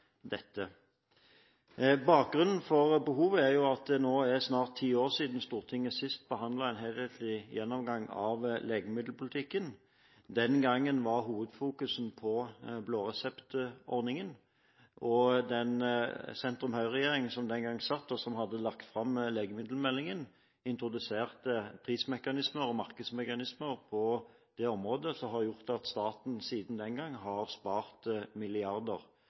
dette. Bakgrunnen for behovet er at det nå er snart ti år siden Stortinget sist hadde en helhetlig gjennomgang av legemiddelpolitikken. Den gangen var hovedfokuset på blåreseptordningen, og den sentrum–Høyre-regjeringen som den gang satt, og som hadde lagt fram legemiddelmeldingen, introduserte prismekanismer og markedsmekanismer på det området, som har gjort at staten siden den gang har spart milliarder